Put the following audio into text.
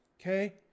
Okay